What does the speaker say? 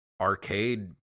arcade